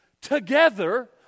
together